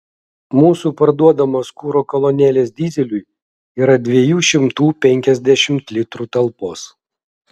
mūsų parduodamos kuro kolonėlės dyzeliui yra dviejų šimtų penkiasdešimt litrų talpos